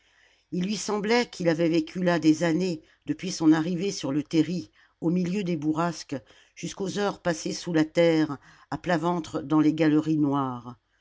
il lui semblait qu'il avait vécu là des années depuis son arrivée sur le terri au milieu des bourrasques jusqu'aux heures passées sous la terre à plat ventre dans les galeries noires